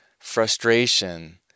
frustration